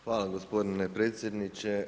Hvala gospodine predsjedniče.